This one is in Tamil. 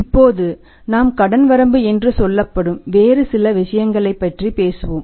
இப்போது நாம் கடன் வரம்பு என்று சொல்லப்படும் வேறு சில விஷயங்களைப் பற்றி பேசுவோம்